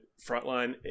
frontline